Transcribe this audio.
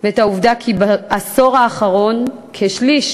ואת העובדה כי בעשור האחרון כשליש